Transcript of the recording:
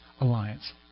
alliance